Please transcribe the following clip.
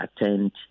attend